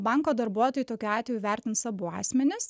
banko darbuotojai tokiu atveju vertins abu asmenis